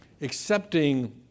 accepting